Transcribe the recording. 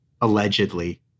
allegedly